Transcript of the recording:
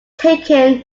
taken